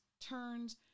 turns